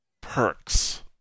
perks